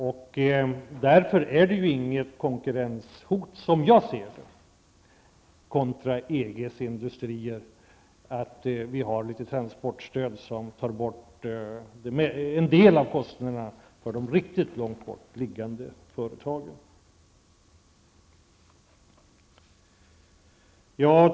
Som jag ser det föreligger det därför inget konkurrenshot kontra EGs industrier i att det finns ett transportstöd som täcker en del av kostnaderna för de företag som ligger riktigt långt bort.